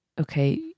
Okay